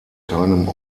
keinem